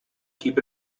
keep